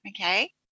okay